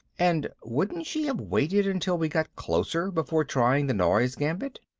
and wouldn't she have waited until we got closer before trying the noise gambit?